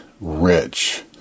rich